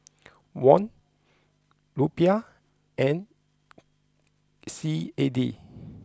won Rupiah and C A D